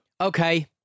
Okay